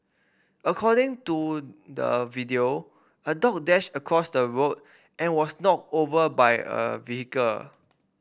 according to the video a dog dashed across the road and was knocked over by a vehicle